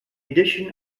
addition